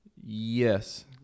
Yes